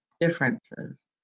differences